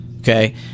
Okay